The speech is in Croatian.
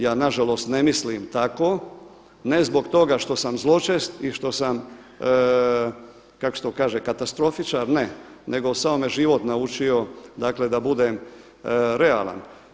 Ja na žalost ne mislim tako, ne zbog toga što sam zločest i što sam kako se to kaže katastrofičar ne, nego samo me život naučio, dakle da budem realan.